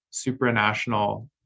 supranational